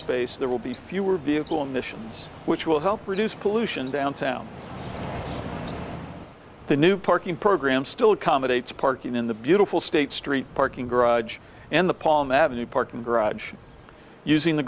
space there will be fewer vehicle emissions which will help reduce pollution downtown the new parking program still accommodates parking in the beautiful state street parking garage and the palm avenue parking garage using the